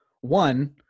One